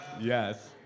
Yes